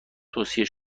توصیه